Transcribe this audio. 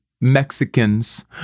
Mexicans